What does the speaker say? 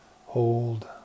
hold